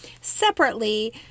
separately